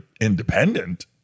independent